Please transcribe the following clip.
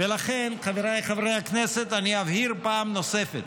ולכן, חבריי חברי הכנסת, אני אבהיר פעם נוספת.